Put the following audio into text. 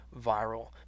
viral